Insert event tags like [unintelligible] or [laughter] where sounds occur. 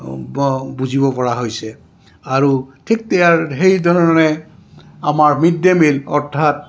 বুজিব পৰা হৈছে আৰু ঠিক [unintelligible] সেই ধৰণে আমাৰ মিড ডে' মিল অৰ্থাৎ